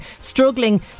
struggling